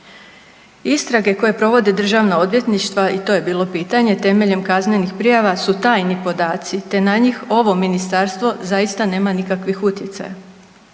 Istrage koje provode državna odvjetništva i to je bilo pitanje temeljem kaznenih prijava su tajni podaci te na njih ovo ministarstvo zaista nema nikakvih utjecaja.